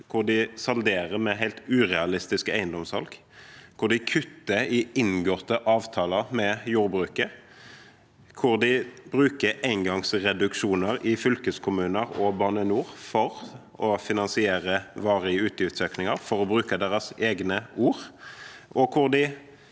hvor de salderer med helt urealistiske eiendomssalg, hvor de kutter i inngåtte avtaler med jordbruket, hvor de bruker engangsreduksjoner i fylkeskommuner og Bane NOR for å finansiere varige utgiftsøkninger, for å bruke deres egne ord, og hvor de